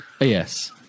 Yes